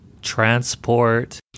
transport